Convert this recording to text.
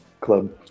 club